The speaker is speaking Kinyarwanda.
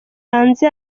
hanze